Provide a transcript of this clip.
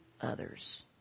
others